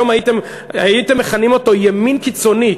היום הייתם מכנים אותו ימין קיצוני,